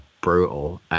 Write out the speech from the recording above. brutal